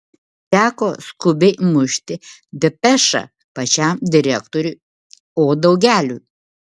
teko skubiai mušti depešą pačiam direktoriui o daugeliui